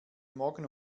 morgen